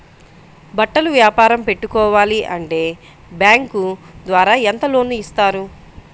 బట్టలు వ్యాపారం పెట్టుకోవాలి అంటే బ్యాంకు ద్వారా ఎంత లోన్ ఇస్తారు?